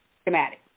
schematic